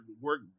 work